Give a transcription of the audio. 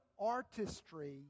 artistry